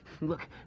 Look